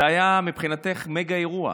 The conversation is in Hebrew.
מבחינתך זה היה מגה-אירוע,